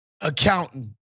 accountant